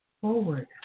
forward